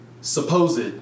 supposed